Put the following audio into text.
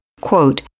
quote